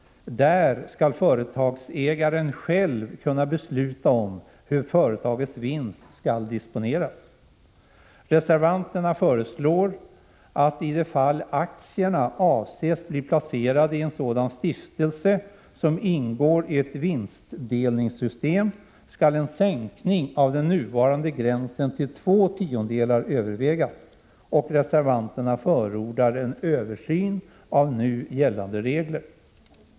Där skall företagsägaren själv kunna besluta om hur företagets vinst skall disponeras. Reservanterna föreslår att i det fall aktierna avses bli placerade i en sådan stiftelse som ingår i ett vinstdelningssystem skall en ändring av den nuvarande gränsen till två tiondelar övervägas. Reservanterna förordar en översyn av nu gällande regler.